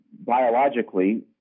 biologically